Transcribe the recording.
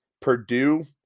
Purdue